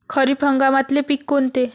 खरीप हंगामातले पिकं कोनते?